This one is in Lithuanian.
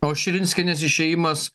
o širinskienės išėjimas